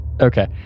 Okay